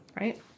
right